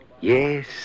Yes